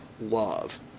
love